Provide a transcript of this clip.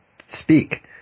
speak